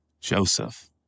Joseph